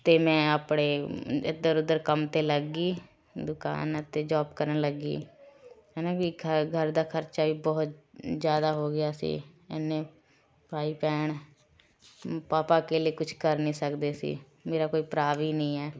ਅਤੇ ਮੈਂ ਆਪਣੇ ਐਧਰ ਉੱਧਰ ਕੰਮ 'ਤੇ ਲੱਗ ਗਈ ਦੁਕਾਨ ਉੱਤੇ ਜੋਬ ਕਰਨ ਲੱਗੀ ਹੈ ਨਾ ਵੀ ਘਰ ਗਰ ਦਾ ਖ਼ਰਚਾ ਵੀ ਬਹੁਤ ਜ਼ਿਆਦਾ ਹੋ ਗਿਆ ਸੀ ਇੰਨੇ ਭਾਈ ਭੈਣ ਪਾਪਾ ਅਕੇਲੇ ਕੁਝ ਕਰ ਨਹੀਂ ਸਕਦੇ ਸੀ ਮੇਰਾ ਕੋਈ ਭਰਾ ਵੀ ਨੀ ਹੈ